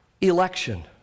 Election